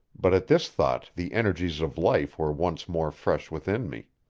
but at this thought the energies of life were once more fresh within me.